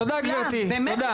תודה גברתי, תודה.